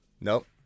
Nope